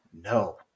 No